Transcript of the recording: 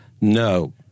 No